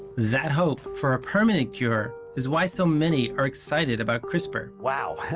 that hope for a permanent cure is why so many are excited about crispr. wow.